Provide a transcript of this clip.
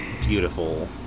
beautiful